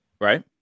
right